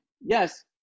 yes